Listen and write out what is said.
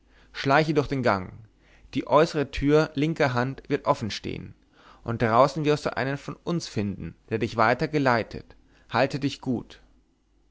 schleiche durch den gang die äußere tür linker hand wird offen stehn und draußen wirst du einen von uns finden der dich weiter geleitet halte dich gut